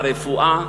הרפואה,